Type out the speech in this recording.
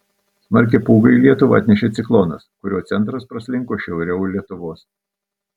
smarkią pūgą į lietuvą atnešė ciklonas kurio centras praslinko šiauriau lietuvos